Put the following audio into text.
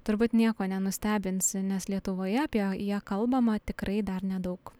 turbūt nieko nenustebinsi nes lietuvoje apie ją kalbama tikrai dar nedaug